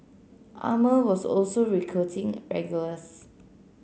Armour was also recruiting regulars